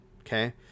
okay